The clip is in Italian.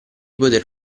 poter